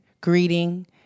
greeting